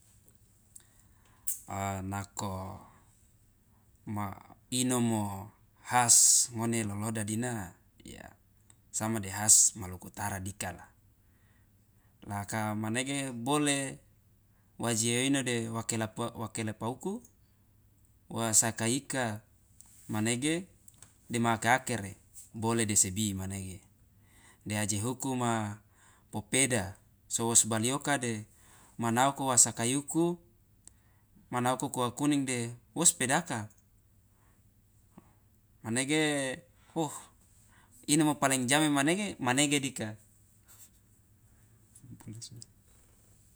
e nako ma inomo has ngone loloda dina sama de has maluku utara dika la la kama nege bole wa je ino de wa kelepa uku wasakai ika manege dema ake- akere bole de sibi manege de aje huku ma popeda so wos bali oka de ma naoko wa sakai uku ma naoko kua kuning de wospedaka manege poh inomo paling ijame manege manege dika.